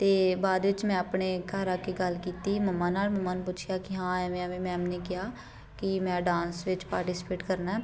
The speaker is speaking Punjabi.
ਅਤੇ ਬਾਅਦ ਵਿੱਚ ਮੈਂ ਆਪਣੇ ਘਰ ਆ ਕੇ ਗੱਲ ਕੀਤੀ ਮੰਮਾ ਨਾਲ ਮੰਮਾ ਨੂੰ ਪੁੱਛਿਆ ਕਿ ਹਾਂ ਐਵੇ ਐਵੇਂ ਮੈਮ ਨੇ ਕਿਹਾ ਕਿ ਮੈਂ ਡਾਂਸ ਵਿੱਚ ਪਾਰਟੀਸਪੇਟ ਕਰਨਾ ਹੈ